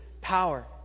power